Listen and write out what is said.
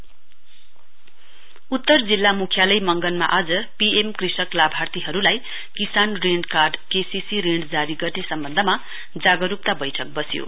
PM Kisan meeting उत्तर जिल्ला म्ख्यालय मंगन आज पी एम कृषक लाभार्थीहरुलाई किसान ऋण कार्ड केसीसी ऋण जारी गर्ने सम्वन्धमा जागरुकता बैठक बस्यो